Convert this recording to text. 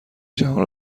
جهان